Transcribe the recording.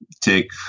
take